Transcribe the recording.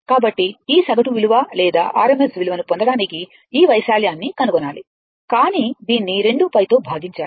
కాబట్టి ఈ సగటు విలువ లేదా RMS విలువను పొందడానికి ఈ వైశాల్యాన్ని కనుగొనాలి కాని దీన్ని 2π తో భాగించాలి